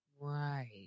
Right